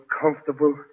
comfortable